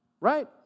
right